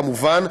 כמובן,